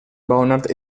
bonard